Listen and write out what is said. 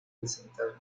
presentar